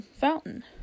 fountain